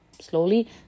slowly